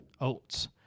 oats